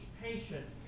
patient